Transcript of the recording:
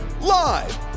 Live